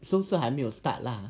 so 是还没有 start lah